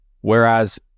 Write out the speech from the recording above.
Whereas